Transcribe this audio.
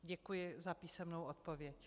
Děkuji za písemnou odpověď.